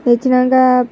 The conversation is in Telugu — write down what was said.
తెచ్చినాక